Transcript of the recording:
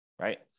right